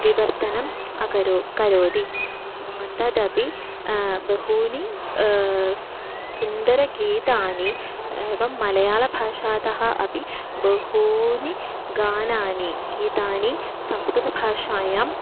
विवर्तनम् अकरोत् करोति तदपि बहूनि सुन्दरगीतानि एवं मलयालभाषातः अपि बहूनि गानानि गीतानि संस्कृतभाषायां